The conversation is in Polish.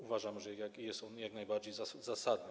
Uważamy, że jest on jak najbardziej zasadny.